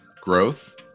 growth